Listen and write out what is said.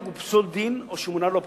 הוא פסול דין או שמונה לו אפוטרופוס.